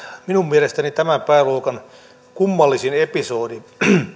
minun mielestäni tämän pääluokan kummallisin episodi